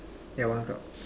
yeah one cloud